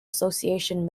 association